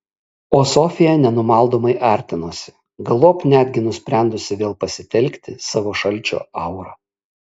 o sofija nenumaldomai artinosi galop netgi nusprendusi vėl pasitelkti savo šalčio aurą